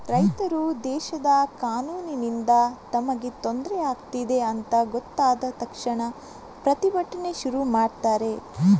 ರೈತರು ದೇಶದ ಕಾನೂನಿನಿಂದ ತಮಗೆ ತೊಂದ್ರೆ ಆಗ್ತಿದೆ ಅಂತ ಗೊತ್ತಾದ ತಕ್ಷಣ ಪ್ರತಿಭಟನೆ ಶುರು ಮಾಡ್ತಾರೆ